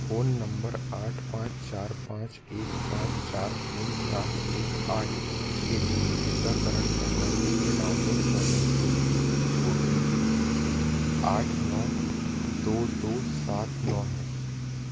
phone number आठ पाँच चार पाँच एक पाँच चार तीन सात एक आठ के लिए टीकाकरण प्रमाणपत्र डाउनलोड करने के लिए ओ टी पी आठ नौ दो दो सात नौ है